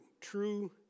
true